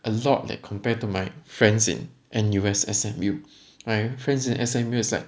a lot leh that compared to my friends in N_U_S S_M_U my friends in S_M_U is like